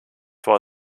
vor